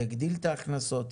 יגדיל את ההכנסות?